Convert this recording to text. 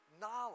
knowledge